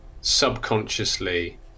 subconsciously